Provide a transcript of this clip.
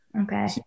Okay